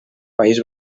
país